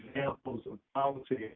examples of policy,